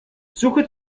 suche